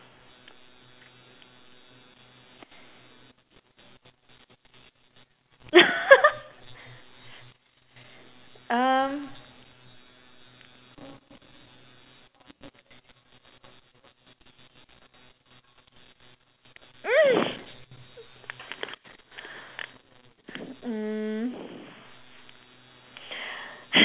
um mm